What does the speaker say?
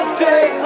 day